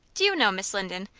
do you know miss linden,